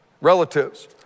relatives